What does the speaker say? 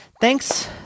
thanks